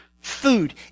food